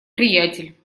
приятель